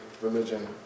religion